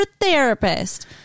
therapist